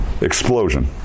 explosion